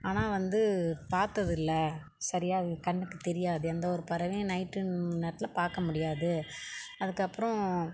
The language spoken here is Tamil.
ஆனால் வந்து பார்த்ததில்ல சரியாக அது கண்ணுக்குத் தெரியாது எந்த ஒரு பறவையும் நைட்டு நேரத்தில் பார்க்க முடியாது அதுக்கப்புறோம்